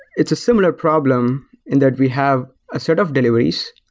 it's a similar problem and that we have a set of deliveries.